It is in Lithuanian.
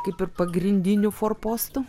kaip ir pagrindiniu forpostu